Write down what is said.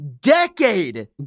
decade